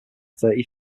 thirty